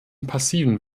passiven